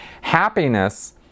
happiness